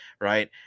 right